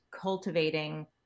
cultivating